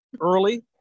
early